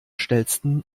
schnellsten